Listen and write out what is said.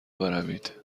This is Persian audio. بروید